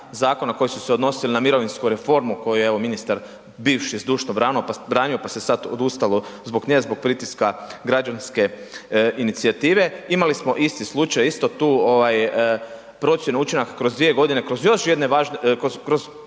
zakona koji su se odnosili na mirovinsku reformu koju je evo ministar bivši zdušno branio pa se sad odustalo zbog nje zbog pritiska građanske inicijative, imali smo isti slučaj, isto tu procjenu učinaka kroz dvije godine, kroz još jedne važne, kod